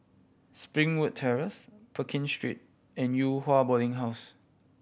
Springwood Terrace Pekin Street and Yew Hua Boarding House